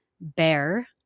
bear